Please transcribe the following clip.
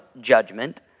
judgment